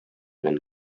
been